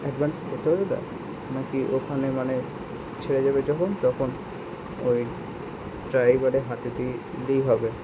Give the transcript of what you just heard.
advance করতে হবে দা নাকি ওখানে মানে ছেড়ে দেবে যখন তখন ওই ড্রাইভারের হাতে দিই দিলেই হবে